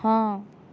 ହଁ